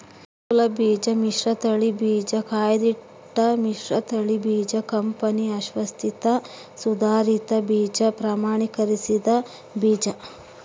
ಮೂಲಬೀಜ ಮಿಶ್ರತಳಿ ಬೀಜ ಕಾಯ್ದಿಟ್ಟ ಮಿಶ್ರತಳಿ ಬೀಜ ಕಂಪನಿ ಅಶ್ವಾಸಿತ ಸುಧಾರಿತ ಬೀಜ ಪ್ರಮಾಣೀಕರಿಸಿದ ಬೀಜ